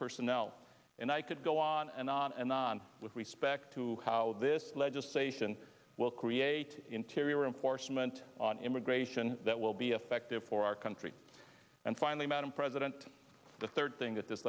personnel and i could go on and on and on with respect to how this legislation will create interior enforcement on immigration that will be effective for our country and finally madam president the third thing that this